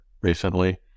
recently